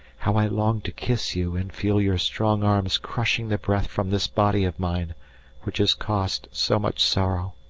how i long to kiss you and feel your strong arms crushing the breath from this body of mine which has caused so much sorrow.